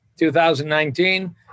2019